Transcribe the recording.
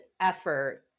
effort